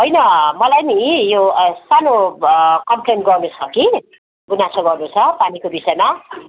होइन मलाई नि यो सानो कम्प्लेन गर्नु छ कि गुनासो गर्नु छ पानीको विषयमा